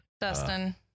Dustin